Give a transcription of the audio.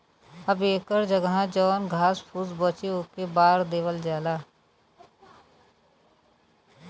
अब एकर जगह जौन घास फुस बचे ओके बार देवल जाला